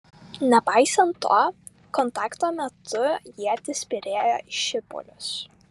nepaisant to kontakto metu ietys byrėjo į šipulius